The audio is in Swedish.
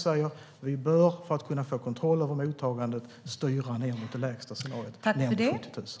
För att få kontroll över mottagandet bör vi som sagt styra ned mot det lägsta scenariot, ned mot 70 000.